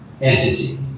entity